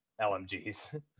lmgs